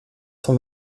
cent